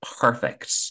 perfect